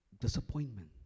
disappointment